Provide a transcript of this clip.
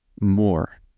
more